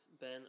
Ben